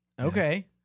Okay